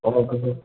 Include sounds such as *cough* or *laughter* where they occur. *unintelligible*